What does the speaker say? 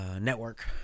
network